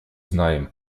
знаем